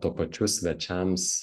tuo pačiu svečiams